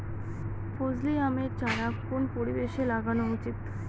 ফজলি আমের চারা কোন পরিবেশে লাগানো উচিৎ?